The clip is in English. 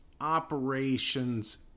operations